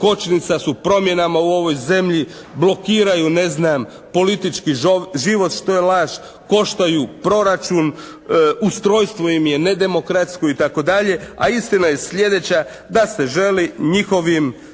Kočnica su promjenama u ovoj zemlji, blokiraju, ne znam, politički život što je laž. Koštaju proračun, ustrojstvo im je nedemokratsko i tako dalje a istina je sljedeća da se želi njihovim